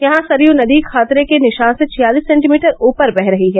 यहां सरयू नदी खतरे के निशान से छियालिस सेंटीमीटर ऊपर बह रही है